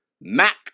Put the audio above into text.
Mac